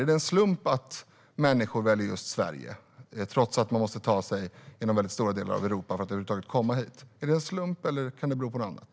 Är det en slump att människor väljer just Sverige, trots att man måste ta sig genom stora delar av Europa för att över huvud taget komma hit? Är det en slump, eller kan det bero på något annat?